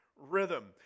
rhythm